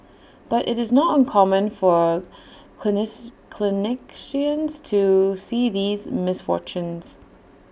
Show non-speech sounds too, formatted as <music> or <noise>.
but IT is not uncommon for <unintelligible> clinicians to see these misfortunes